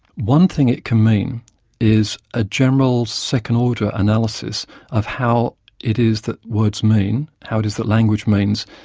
one thing it can mean is a general second-order analysis of how it is that words mean, how it is that language means,